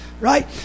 right